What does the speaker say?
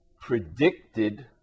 predicted